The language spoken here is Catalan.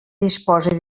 disposi